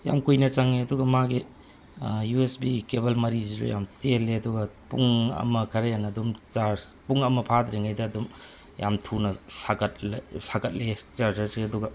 ꯌꯥꯝ ꯀꯨꯏꯅ ꯆꯪꯉꯦ ꯑꯗꯨꯒ ꯃꯥꯒꯤ ꯌꯨ ꯑꯦꯁ ꯕꯤ ꯀꯦꯕꯜ ꯃꯔꯤꯁꯤꯁꯨ ꯌꯥꯝ ꯇꯦꯜꯂꯦ ꯑꯗꯨꯒ ꯄꯨꯡ ꯑꯃ ꯈꯔ ꯍꯦꯟꯅ ꯑꯗꯨꯝ ꯆꯥꯔꯖ ꯄꯨꯡ ꯑꯃ ꯐꯥꯗ꯭ꯔꯤꯉꯩꯗ ꯑꯗꯨꯝ ꯌꯥꯝ ꯊꯨꯅ ꯁꯥꯒꯠꯂꯛꯑꯦ ꯆꯥꯔꯖꯔꯁꯦ ꯑꯗꯨꯒ